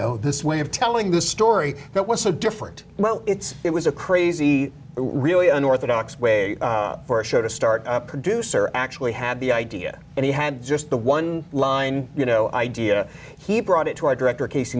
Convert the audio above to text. know this way of telling the story that was so different well it's it was a crazy really unorthodox way for a show to start a producer actually had the idea and he had just the one line you know idea he brought it to our director case